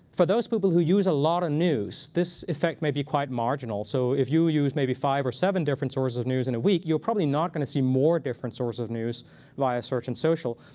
for those people who use a lot of news, this effect may be quite marginal. so if you use maybe five or seven different sources of news in a week, you're probably not going to see more different sources of news via search and social.